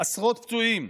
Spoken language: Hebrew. עשרות פצועים.